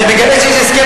אני מגלה שיש הסכם,